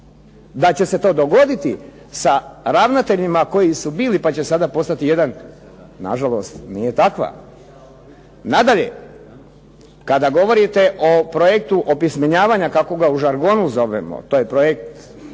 da će se to dogoditi sa ravnateljima koji su bili pa će sada postati jedan na žalost nije takva. Nadalje, kada govorite o projektu opismenjavanja, kako ga u žargonu zovemo, to je projekt